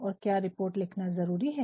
और क्या रिपोर्ट लिखना जरूरी है